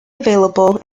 available